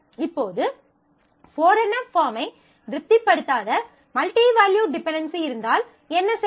இப்போது 4NF பாஃர்மை திருப்திப்படுத்தாத மல்டி வேல்யூட் டிபென்டென்சி இருந்தால் என்ன செய்வது